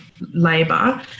labour